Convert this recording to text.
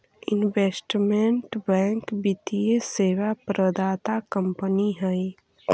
investment bank वित्तीय सेवा प्रदाता कंपनी हई